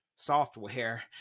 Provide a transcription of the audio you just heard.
software